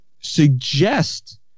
suggest